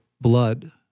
blood